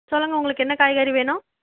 சொல்லுங்க உங்களுக்கு என்ன காய்கறி வேணும்